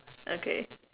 okay